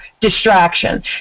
Distraction